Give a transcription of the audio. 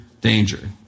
danger